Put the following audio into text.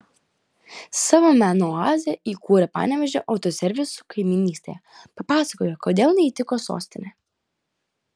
savo meno oazę įkūrė panevėžio autoservisų kaimynystėje papasakojo kodėl neįtiko sostinė